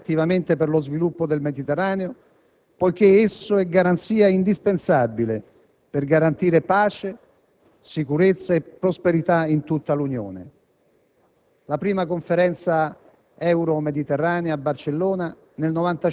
l'Europa aveva compreso quanto fosse importante impegnarsi attivamente per lo sviluppo del Mediterraneo poiché esso è garanzia indispensabile per garantire pace, sicurezza e prosperità in tutta l'Unione.